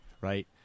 Right